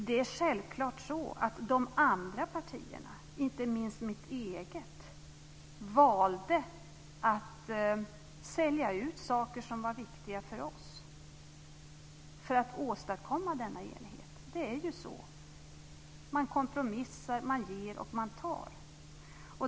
Det är självfallet så att de andra partierna, inte minst mitt eget, valde att sälja ut saker som var viktiga för dem för att åstadkomma denna enighet. Det är ju så. Man kompromissar, man ger och man tar.